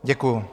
Děkuju.